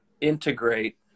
integrate